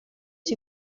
sus